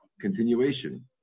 Continuation